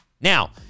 Now